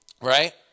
right